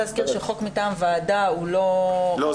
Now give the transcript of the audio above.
להזכיר שחוק מטעם ועדה הוא לא --- לא,